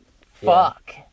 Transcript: Fuck